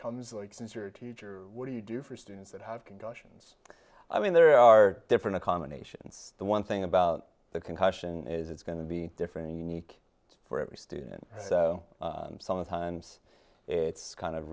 comes like since you're a teacher what do you do for students that have can go sions i mean there are different accommodations the one thing about the concussion is it's going to be different and unique for every student so sometimes it's kind of